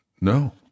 No